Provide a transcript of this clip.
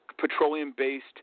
petroleum-based